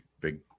big